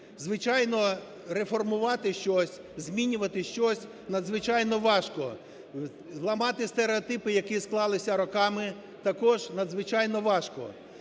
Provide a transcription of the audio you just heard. Звичайно реформувати щось, змінювати щось надзвичайно важко, ламати стереотипи, які склалися роками також надзвичайно важко.